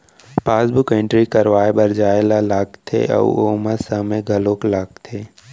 passbook entry करवाए बर जाए ल लागथे अउ ओमा समे घलौक लागथे